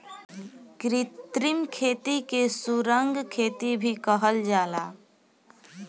कृत्रिम खेती के सुरंग खेती भी कहल जाला